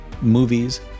movies